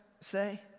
say